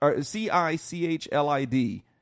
C-I-C-H-L-I-D